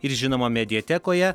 ir žinoma mediatekoje